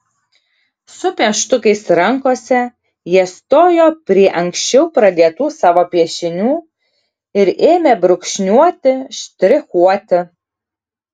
su pieštukais rankose jie stojo prie anksčiau pradėtų savo piešinių ir ėmė brūkšniuoti štrichuoti